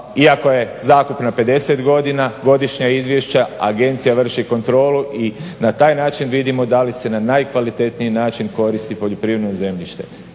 iako je zakup na 50 godina, godišnja izvješća agencija vrši kontrolu i na taj način vidimo da li se na najkvalitetniji način koristi poljoprivredno zemljište